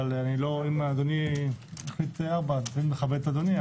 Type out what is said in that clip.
אבל אם אדוני יחליט ארבע אז אני מכבד את אדוני,